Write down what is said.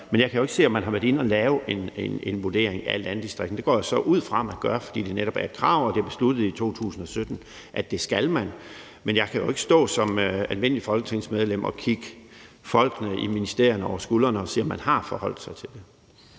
men jeg kan jo ikke se, om man har været inde at lave en vurdering af landdistrikterne. Det går jeg så ud fra man har, fordi det netop er et krav og det er besluttet i 2017, at det skal man. Men jeg kan jo ikke som almindeligt folketingsmedlem kigge folkene i ministeriet over skulderen og se, om de har forholdt sig til det.